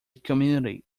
community